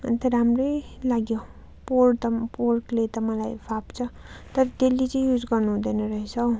अन्त राम्रो लाग्यो पोर त पोरले त मलाई फाप्छ तर डेली चाहिँ युज गर्नु हुँदैन रहेछ हो